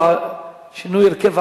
אין מתנגדים ואין נמנעים.